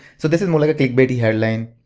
so this is more like a click-baiting headline.